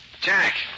Jack